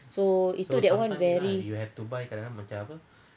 so itu that [one] very